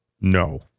No